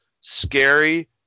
scary